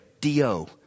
D-O